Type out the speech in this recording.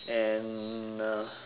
and uh